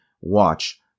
watch